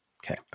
Okay